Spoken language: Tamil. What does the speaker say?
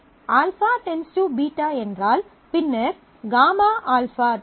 α →β என்றால்பின்னர் γα → γβ